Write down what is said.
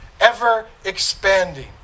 ever-expanding